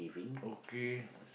okay